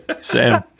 Sam